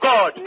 God